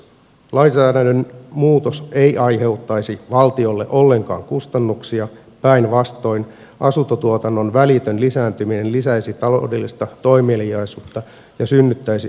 lainsäädännön muutos ei aiheuttaisi valtiolle ollenkaan kustannuksia päinvastoin asuntotuotannon välitön lisääntyminen lisäisi taloudellista toimeliaisuutta ja synnyttäisi verotuloja valtiolle